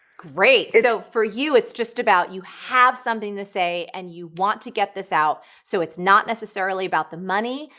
great. so for you, it's just about you have something to say and you want to get this out. so it's not necessarily about the money,